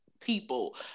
people